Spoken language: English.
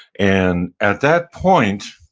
and at that point,